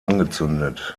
angezündet